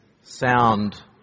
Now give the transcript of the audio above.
sound